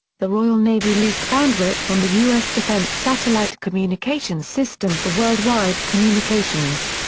the royal navy leased bandwidth on the us defense satellite communications system for worldwide communications.